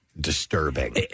disturbing